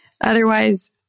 Otherwise